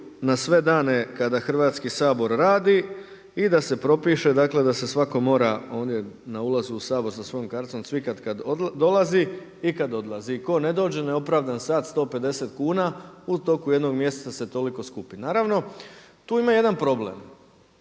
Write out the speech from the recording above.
na sve dane kada Hrvatski sabor radi i da se propiše, dakle da se svatko mora ondje na ulazu u Sabor sa svojom karticom cvikati kad dolazi i kad odlazi i tko ne dođe neopravdan sat 150 kuna. U toku jednog mjeseca se toliko skupi. Naravno tu ima jedan problem,